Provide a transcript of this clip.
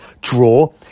draw